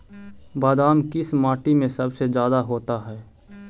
बादाम किस माटी में सबसे ज्यादा होता है?